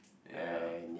ya